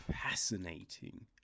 fascinating